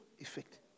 effect